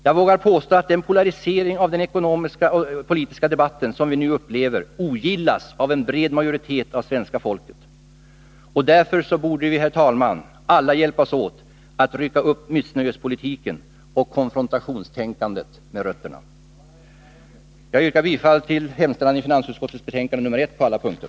Jag vågar påstå att den polarisering av den politiska debatten som vi nu upplever ogillas av en bred majoritet av svenska folket. Därför borde, herr talman, alla hjälpas åt att rycka upp missnöjespolitiken och konfrontationstänkandet med rötterna. Jag yrkar bifall till hemställan i finansutskottets betänkande 1 på alla punkter.